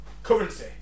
currency